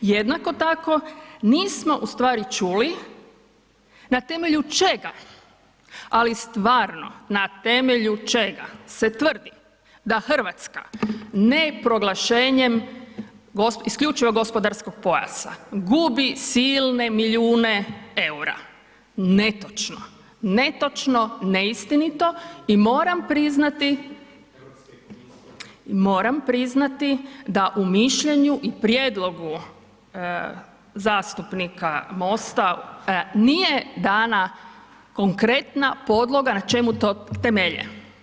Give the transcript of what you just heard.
Jednako tako, nismo u stvari čuli na temelju čega, ali stvarno na temelju čega se tvrdi da RH ne proglašenjem isključivog gospodarskog pojasa gubi silne milijune EUR-a, netočno, netočno, neistinito i moram priznati da u mišljenju i prijedlogu zastupnika MOST-a nije dana konkretna podloga na čemu to temelje.